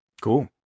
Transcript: Cool